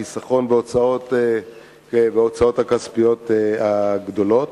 חיסכון בהוצאות הכספיות הגדולות,